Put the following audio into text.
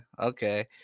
Okay